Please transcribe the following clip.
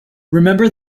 remember